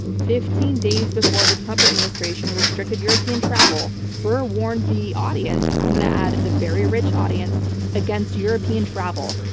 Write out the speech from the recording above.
fifteen days before the trump administration restricted european travel, barr warned the audience i'm going to add the very rich audience against european travel.